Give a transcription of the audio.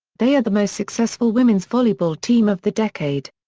they are the most successful women's volleyball team of the decade.